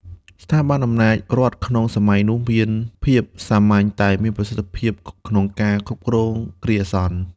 ស្ថាប័នអំណាចរដ្ឋក្នុងសម័យនោះ មានភាពសាមញ្ញតែមានប្រសិទ្ធភាពក្នុងការគ្រប់គ្រងគ្រាអាសន្ន។